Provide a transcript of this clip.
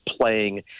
playing